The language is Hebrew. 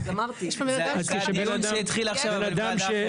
אז אמרתי --- זה הדיון שהתחיל עכשיו בוועדה אחרת.